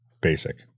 basic